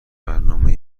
برنامه